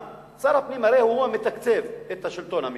כי שר הפנים הוא הרי המתקצב את השלטון המקומי.